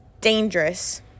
dangerous